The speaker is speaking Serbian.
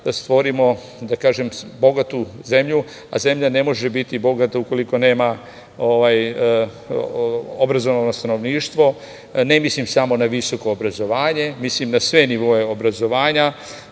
da stvorimo bogatu zemlju, a zemlja ne može biti bogata ukoliko nema obrazovano stanovništvo. Ne mislim samo na visoko obrazovanje, mislim na sve nivoe obrazovanja